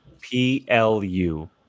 P-L-U